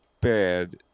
bad